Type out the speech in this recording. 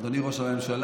אדוני ראש הממשלה,